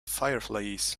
fireflies